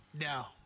No